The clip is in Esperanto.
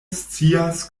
scias